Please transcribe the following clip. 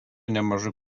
nemažai